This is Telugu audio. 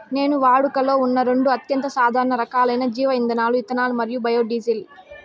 నేడు వాడుకలో ఉన్న రెండు అత్యంత సాధారణ రకాలైన జీవ ఇంధనాలు ఇథనాల్ మరియు బయోడీజిల్